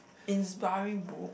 inspiring book